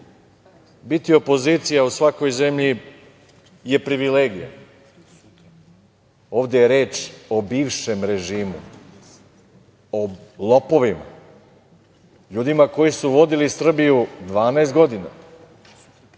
Biti opozicija u svakoj zemlji je privilegija. Ovde je reč o bivšem režimu, o lopovima, ljudima koji su vodili Srbiju 12 godina,